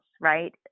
right